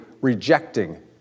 rejecting